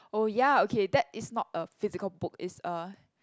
oh ya okay that is not a physical book it's a